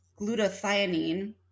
glutathione